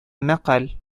мәкаль